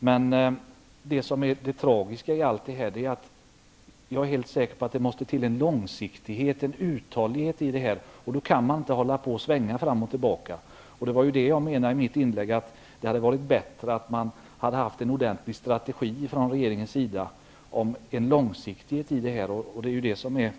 Men jag är helt säker på att det här måste till en långsiktighet, en uthållighet. Då kan man inte hålla på och svänga fram och tillbaka. Det var det jag menade i mitt inlägg. Det hade varit bättre om regeringen haft en ordentligt strategi på lång sikt.